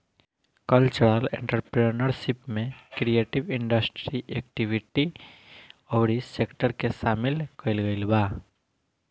cultural entrepreneurship में creative industry activity अउरी sector के सामिल कईल गईल बा